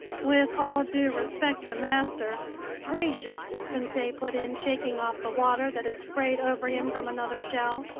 with all due respect to master gracious! conseil put in, shaking off the water that had sprayed over him from another shell.